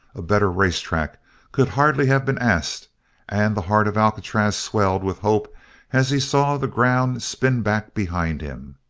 a better race-track could hardly have been asked and the heart of alcatraz swelled with hope as he saw the ground spin back behind him.